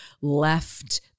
left